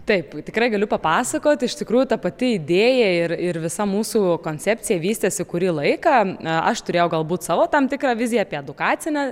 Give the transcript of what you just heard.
taip tikrai galiu papasakot iš tikrųjų ta pati idėja ir ir visa mūsų koncepcija vystėsi kurį laiką aš turėjau galbūt savo tam tikrą viziją apie edukacinę